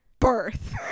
BIRTH